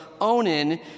Onan